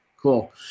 Cool